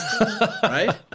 Right